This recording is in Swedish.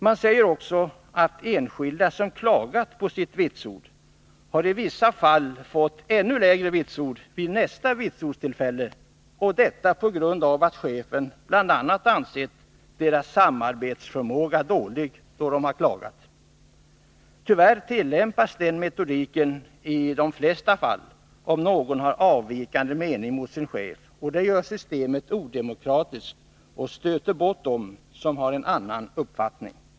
Man säger också att enskilda som klagat på sitt vitsord i vissa fall har fått ännu lägre vitsord vid nästa vitsordstillfälle — detta på grund av att chefen bl.a. ansett deras samarbetsförmåga dålig, eftersom de klagat. Tyvärr tillämpas den metodiken i de flesta fall om någon har avvikande mening mot sin chef. Det gör systemet odemokratiskt och stöter bort dem som har en annan uppfattning.